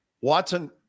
Watson